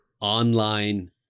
online